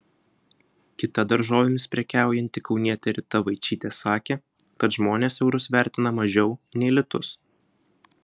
kita daržovėmis prekiaujanti kaunietė rita vaičytė sakė kad žmonės eurus vertina mažiau nei litus